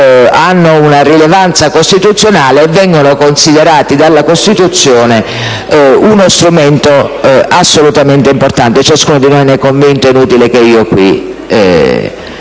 hanno una rilevanza costituzionale e vengono considerati dalla Costituzione uno strumento assolutamente importante. Ma di questo ciascuno di noi è convinto, quindi è inutile che insista